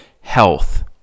health